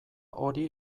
hori